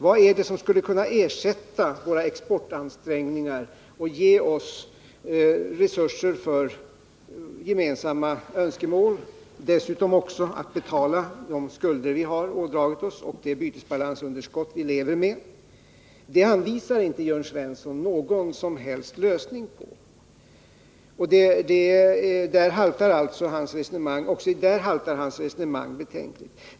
Vad skulle kunna ersätta våra exportansträngningar och ge oss resurser för gemensamma önskemål och dessutom för att betala de skulder som vi har ådragit oss samt det bytesbalansunderskott som vi lever med? Jörn Svensson anvisar inte någon som helst lösning härvidlag. Också i det avseendet haltar hans resonemang betänkligt.